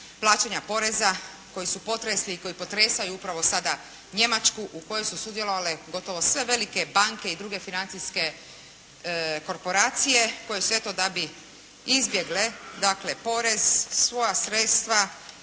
plaćanja poreza koji su potresli i koji potresaju upravo sada Njemačku, u kojoj su sudjelovale gotovo sve velike banke i druge financijske korporacije koje su eto, da bi izbjegle, dakle, porez, svoja sredstava